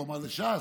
הוא אמר: לש"ס,